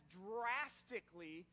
drastically